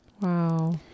Wow